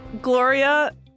Gloria